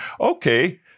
okay